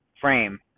Frame